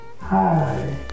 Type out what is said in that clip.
Hi